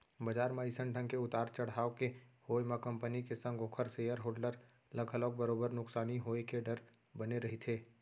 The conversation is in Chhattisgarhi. बजार म अइसन ढंग के उतार चड़हाव के होय म कंपनी के संग ओखर सेयर होल्डर ल घलोक बरोबर नुकसानी होय के डर बने रहिथे